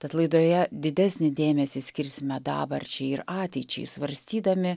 tad laidoje didesnį dėmesį skirsime dabarčiai ir ateičiai svarstydami